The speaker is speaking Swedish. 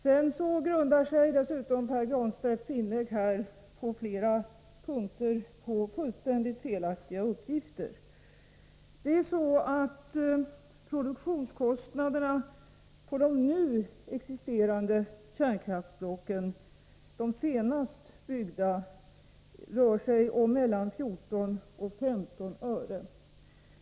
Dessutom grundar sig Pär Granstedts inlägg på flera punkter på fullständigt felaktiga uppgifter. Produktionskostnaderna när det gäller de senast byggda kärnkraftsblocken rör sig om 14—15 öre/kWh.